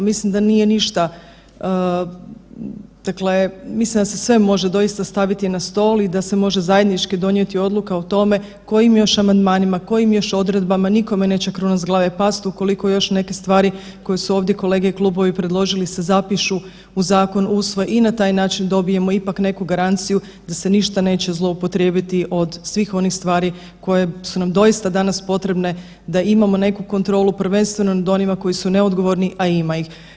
Mislim da nije ništa, dakle mislim da se sve može doista staviti na stol i da se može zajednički donijeti odluka o tome kojim još amandmanima, kojim još odredbama nikome neće kruna s glave past ukoliko još neke stvari koje su ovdje kolege i klubovi predložili se zapišu u zakon, usvoje i na taj način dobijemo ipak neku garanciju da se ništa neće zloupotrijebiti od svih onih stvari koje su nam doista danas potrebne da imamo neku kontrolu, prvenstveno nad onima koji su neodgovorni, a ima ih.